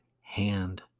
hand